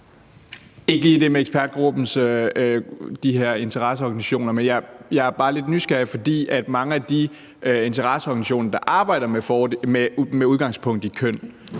Ikke lige det med ekspertgruppen og de her interesseorganisationer. Jeg er bare lidt nysgerrig, fordi mange af de interesseorganisationer, der arbejder med udgangspunkt i køn